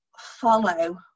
follow